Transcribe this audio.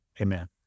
amen